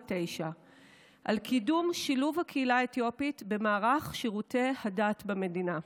3649 על קידום שילוב הקהילה האתיופית במערך שירותי הדת במדינה.